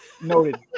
Noted